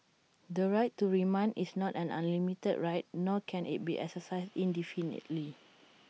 the right to remand is not an unlimited right nor can IT be exercised indefinitely